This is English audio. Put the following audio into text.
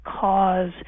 cause